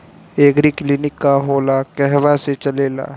एगरी clinic का होला कहवा से चलेँला?